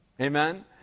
Amen